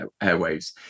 airwaves